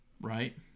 right